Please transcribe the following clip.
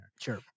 Sure